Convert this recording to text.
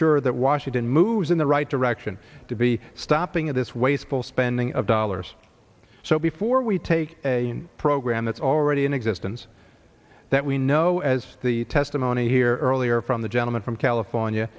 sure that washington moves in the right direction to be stopping of this wasteful spending of dollars so before we take a program that's already in existence that we know as the testimony here earlier from the gentleman from california